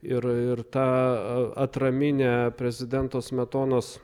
ir ir ta atraminė prezidento smetonos